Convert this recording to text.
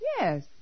Yes